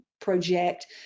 project